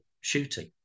shooting